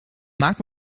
maak